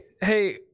hey